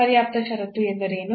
ಪರ್ಯಾಪ್ತ ಷರತ್ತು ಎಂದರೇನು